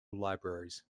libraries